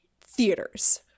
theaters